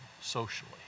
socially